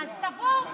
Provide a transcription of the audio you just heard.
אז תבוא.